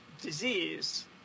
disease